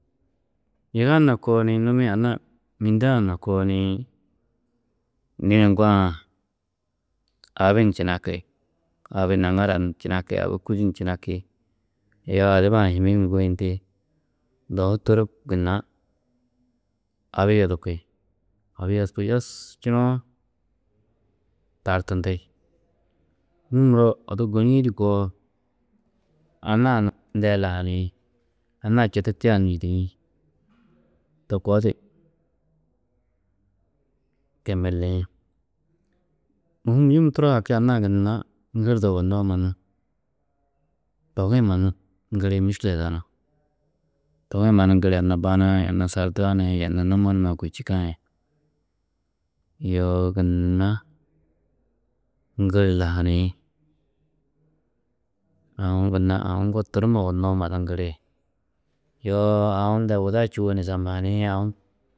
Yiga na koo ni numi-ĩ anna mîndea na koo nii, dîne ŋgoo-ã abi ni činaki, abi naŋara ni činaki, abi kûdi ni činaki, yoo adiba-ã hîmmi ni guyindi, dohu tôrop gunna abi yodurki, abi yodurku yesčunoo tartindi. Nû muro odu gôni-ĩ du koo anna-ã ndee lahaniĩ, anna-ã četu tia ni yûdiĩ, to koo di kemelliĩ. Mûhim yum turo haki anna-ã gunna ŋgirdo yugonnoó mannu, togi-ĩ mannu ŋgiri miškile yidanú. Togi-ĩ mannu ŋgiri anna ba nuã yê anna sardua nuã yê anna numo numaa kôi čîkã yê yoo gunna ŋgiri lahaniĩ, aũ gunna, aũ ŋgo durummo yugonnoó mannu ŋgiri, yoo aũ unda yê wuda čûwo ni samahaniĩ, aũ.